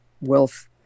wealth